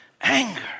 Anger